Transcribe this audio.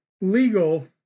legal